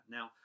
Now